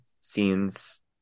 scenes